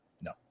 No